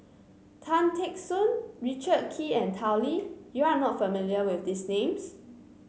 Tan Teck Soon Richard Kee and Tao Li you are not familiar with these names